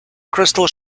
crystal